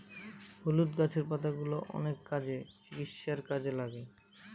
হলুদ গাছের পাতাগুলো অনেক কাজে, চিকিৎসার কাজে লাগে